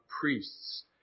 priests